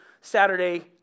Saturday